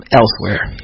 elsewhere